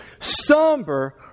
somber